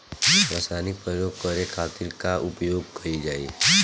रसायनिक प्रयोग करे खातिर का उपयोग कईल जाइ?